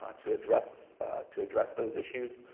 to address to address those issues.